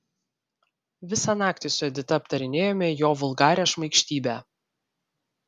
visą naktį su edita aptarinėjome jo vulgarią šmaikštybę